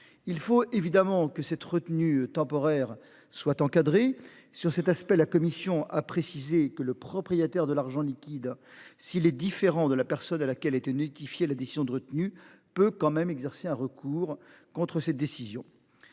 il faut évidemment que cette retenue temporaire soit encadré sur cet aspect. La Commission a précisé que le propriétaire de l'argent liquide. Si il est différent de la personne à laquelle était nidifier l'addition de retenue peut quand même exercer un recours contre cette décision.